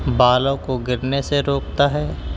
بالوں کو گرنے سے روکتا ہے